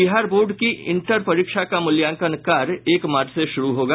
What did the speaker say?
Bihar board की इंटर परीक्षा का मूल्याकंन कार्य एक मार्च से शुरू होगा